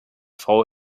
frau